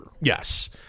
Yes